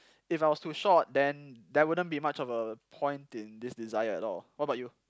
if I was too short then there wouldn't be much of a point in this desire at all what about you